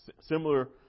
Similar